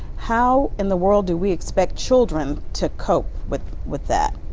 how in the world do we expect children to cope with with that?